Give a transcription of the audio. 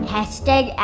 Hashtag